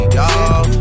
dawg